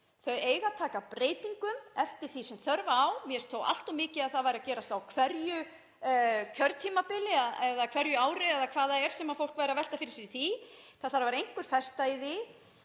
Þau eiga að taka breytingum eftir því sem þörf er á. Mér fyndist þó allt of mikið að það væri að gerast á hverju kjörtímabili eða á hverju ári eða hvað það er sem fólk væri að velta fyrir sér í því. Það þarf að vera einhver festa í því.